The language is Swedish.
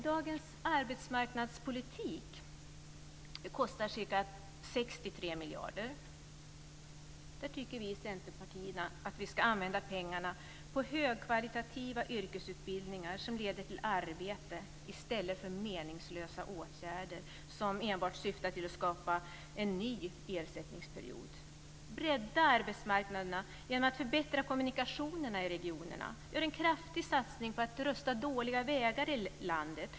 Dagens arbetsmarknadspolitik kostar ca 63 miljarder. Vi i Centerpartiet tycker att vi ska använda de pengarna på högkvalitativa yrkesutbildningar som leder till arbete, i stället för meningslösa åtgärder som enbart syftar till att skapa en ny ersättningsperiod. Bredda arbetsmarknaderna genom att förbättra kommunikationerna i regionerna! Gör en kraftig satsning på att rusta de dåliga vägarna i landet!